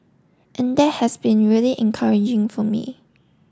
and that has been really encouraging for me